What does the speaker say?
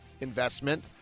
investment